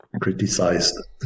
criticized